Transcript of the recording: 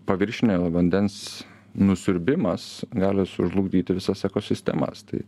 paviršinio vandens nusiurbimas gali sužlugdyti visas ekosistemas tai